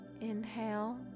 inhale